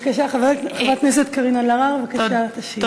בבקשה, חברת הכנסת קארין אלהרר, בבקשה, תשיבי.